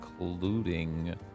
including